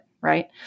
right